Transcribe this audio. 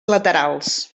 laterals